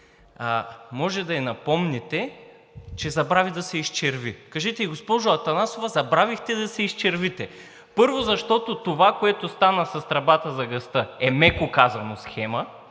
Може да ѝ напомните, че забрави да се изчерви. Кажете ѝ: Госпожо Атанасова, забравихте да се изчервите. Първо, защото това, което стана с тръбата за газа, е, меко казано, схема